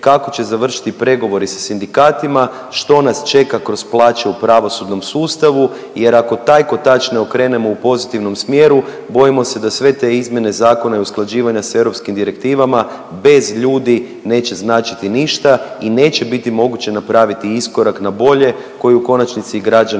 kako će završiti pregovori sa sindikatima, što nas čeka kroz plaće u pravosudnom sustavu jer ako tak kotač ne okrenemo u pozitivnom smjeru bojimo se da sve te izmjene zakona i usklađivanja s europskim direktivama bez ljudi neće značiti ništa i neće biti moguće napraviti iskorak na bolje koji u konačnici i građani